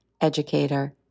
educator